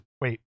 wait